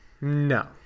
No